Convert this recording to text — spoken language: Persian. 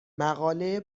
مقاله